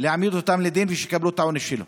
להעמיד אותם לדין ושיקבלו את העונש שלהם.